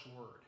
word